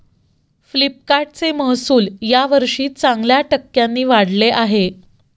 फ्लिपकार्टचे महसुल यावर्षी चांगल्या टक्क्यांनी वाढले आहे